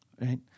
Right